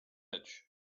edge